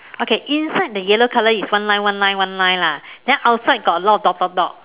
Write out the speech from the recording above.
okay inside the yellow colour is one line one line one line lah then outside got a lot of dot dot dot